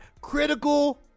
critical